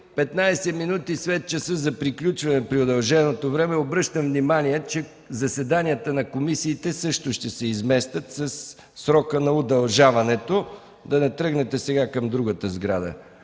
15 минути след часа за приключване на удълженото ни работно време обръщам внимание, че заседанията на комисиите също ще се изместят със срока на удължаването. Да не тръгнете сега към другата сграда,